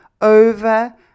over